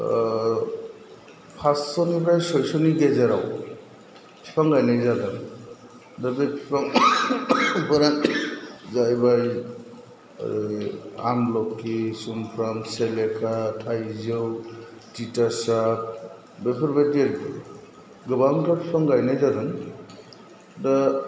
फासस' निफ्राय सयस'नि गेजेराव बिफां गायनाय जादों दा बे फिफां फोरा जाहैबाय आमलखि समफ्राम सेलेखा थाइजौ थिथासाफ बेफोरबादि आरखि गोबांथार बिफां गायनाय जादों दा